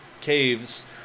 Caves